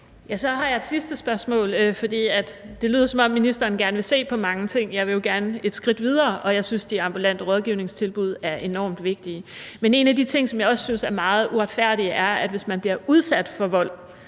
Dehnhardt (SF): Det lyder, som om ministeren gerne vil se på mange ting, men jeg vil jo gerne et skridt videre, og jeg synes, de ambulante rådgivningstilbud er enormt vigtige. Så har jeg et sidste spørgsmål. En af de ting, jeg også synes er meget uretfærdige, er, at hvis man bliver udsat for vold,